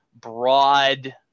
broad